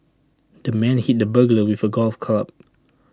the man hit the burglar with A golf club